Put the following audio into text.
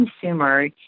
consumer